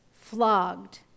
flogged